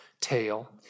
tail